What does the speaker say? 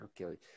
okay